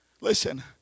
listen